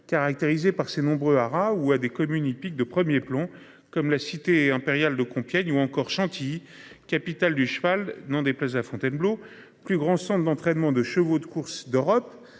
caractérisée par ses nombreux haras ou à des communes hippique de 1er plan comme la cité impériale de Compiègne ou encore Chantilly capitale du cheval, n'en déplaise à Fontainebleau plus grand centre d'entraînement de chevaux de course d'Europe